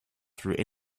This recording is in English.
through